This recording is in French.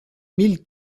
mille